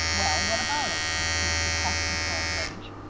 well, what about it? said pete, with half-controlled rage.